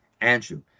Andrew